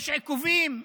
יש עיכובים,